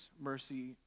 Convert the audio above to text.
mercy